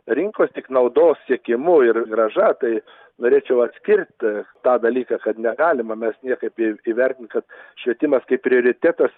rinkos tik naudos siekimu ir grąža tai norėčiau atskirti tą dalyką kad negalime mes niekaip į įvertinti kad švietimas kaip prioritetas